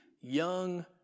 young